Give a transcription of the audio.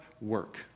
work